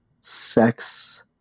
sex